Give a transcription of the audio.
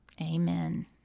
Amen